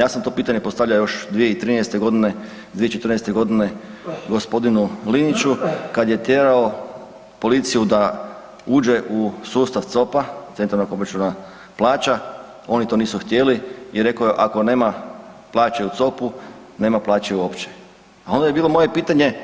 Ja sam to pitanje postavljao još 2013. godine, 2014. godine gospodinu Liniću kad je tjerao policiju da uđe u sustav COP-a Centralnog obračuna plaća, oni to nisu htjeli i rekao je ako nema plaće u COP-u nema plaće uopće, a onda je bilo moje pitanje